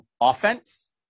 offense